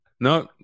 No